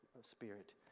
Spirit